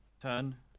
Turn